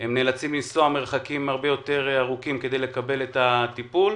הם נאלצים לנסוע מרחקים הרבה יותר ארוכים לקבל טיפול,